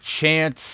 chance